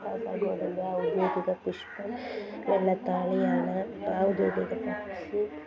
കാസർഗോഡിൻ്റെ ഔദ്യോഗിക പുഷ്പം വെള്ളത്താളിയാണ് ഔദ്യോഗിക പക്ഷി